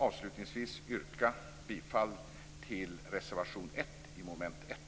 Avslutningsvis yrkar jag bifall till reservation 1 under mom. 1